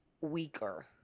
weaker